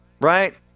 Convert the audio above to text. right